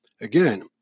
again